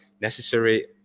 necessary